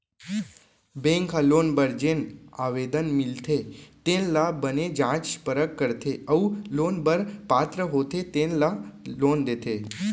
bank ह loan बर जेन आवेदन मिलथे तेन ल बने जाँच परख करथे अउ लोन बर पात्र होथे तेन ल लोन देथे